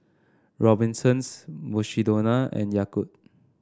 Robinsons Mukshidonna and Yakult